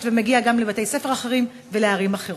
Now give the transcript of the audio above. ומגיעים גם לבתי-ספר אחרים ולערים אחרות.